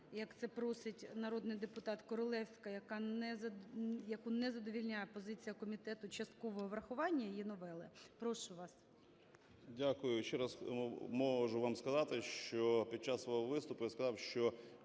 як це просить народний Королевська, яку не задовольняє позиція комітету часткового врахування її новели. Прошу вас. 13:12:21 БУРБАК М.Ю. Дякую. Ще раз можу вам сказати, що під час свого виступу я сказав, що